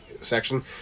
section